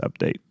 update